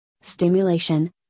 stimulation